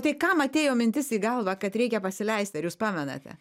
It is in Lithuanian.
tai kam atėjo mintis į galvą kad reikia pasileisti ar jūs pamenate